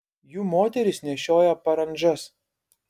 jų moterys nešioja parandžas